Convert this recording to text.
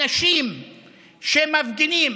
אנשים שמפגינים,